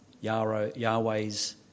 Yahweh's